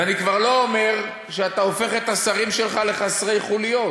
ואני כבר לא אומר שאתה הופך את השרים שלך לחסרי חוליות.